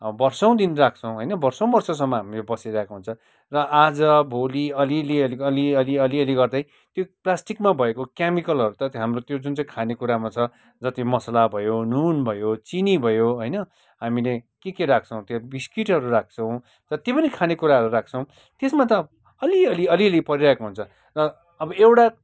वर्षौँ दिन राख्छौँ होइन वर्षौँ वर्षसम्म हामी बसिरहेको हुन्छ र आज भोलि अलिअलि अलिअलि गर्दै त्यो प्लासटिकमा भएको केमिकलहरू त हाम्रो यो जुन चाहिँ खानेकुरामा छ जति मसला भयो नुन भयो चिनी भयो होइन हामीले के के राख्छौँ त्यो बिस्कुटहरू राख्छौँ जति पनि खानेकुराहरू राख्छौँ त्यसमा त अलिअलि अलिअलि परिरहेको हुन्छ र अब एउटा